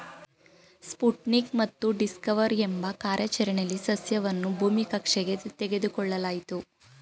Sputnik ಮತ್ತು Discover ಎಂಬ ಕಾರ್ಯಾಚರಣೆಲಿ ಸಸ್ಯವನ್ನು ಭೂಮಿ ಕಕ್ಷೆಗೆ ತೆಗೆದುಕೊಳ್ಳಲಾಯ್ತು